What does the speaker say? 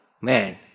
Man